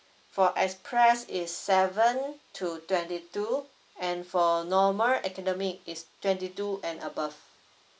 for express is seven to twenty two and for normal academic is twenty two and above